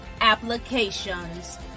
Applications